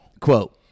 Quote